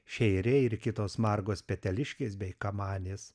šėriai ir kitos margos peteliškės bei kamanės